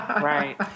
Right